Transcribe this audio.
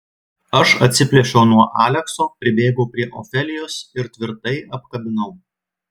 aš atsiplėšiau nuo alekso pribėgau prie ofelijos ir tvirtai apkabinau